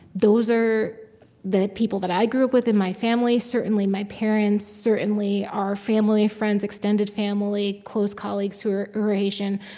those are the people that i grew up with in my family certainly, my parents, certainly, our family, friends, extended family close colleagues who are are haitian.